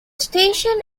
station